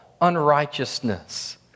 unrighteousness